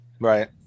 Right